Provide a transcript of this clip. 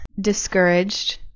discouraged